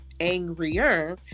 angrier